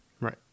right